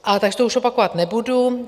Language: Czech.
A tady to už opakovat nebudu.